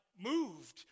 moved